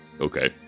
okay